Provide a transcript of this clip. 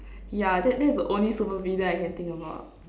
yeah that that is the only super villain I can think about